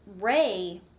Ray